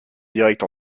directs